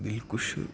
Dilkush